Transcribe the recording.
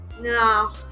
no